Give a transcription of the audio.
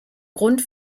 grund